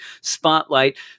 spotlight